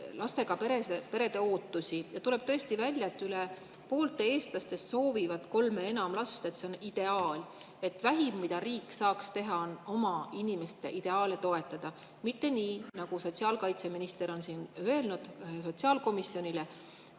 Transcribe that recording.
Tuleb tõesti välja, et üle poole eestlastest soovivad kolme ja enamat last. See on ideaal. Ja vähim, mida riik saaks teha, on oma inimeste ideaale toetada. Mitte nii, nagu sotsiaalkaitseminister on siin öelnud sotsiaalkomisjonile,